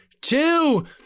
two